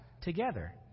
together